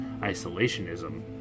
isolationism